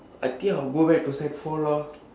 I think I'll go back to sec four lor